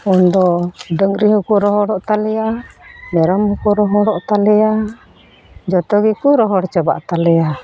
ᱩᱱ ᱫᱚ ᱰᱟᱹᱝᱨᱤ ᱦᱚᱸᱠᱚ ᱨᱚᱦᱚᱲᱚᱜ ᱛᱟᱞᱮᱭᱟ ᱢᱮᱨᱚᱢ ᱦᱚᱸᱠᱚ ᱨᱚᱦᱚᱲᱚᱜ ᱛᱟᱞᱮᱭᱟ ᱡᱚᱛᱚ ᱜᱮᱠᱚ ᱨᱚᱦᱚᱲ ᱪᱟᱵᱟᱜ ᱛᱟᱞᱮᱭᱟ